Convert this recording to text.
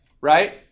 right